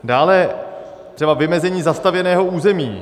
Dále třeba vymezení zastavěného území.